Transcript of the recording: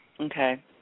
Okay